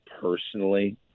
personally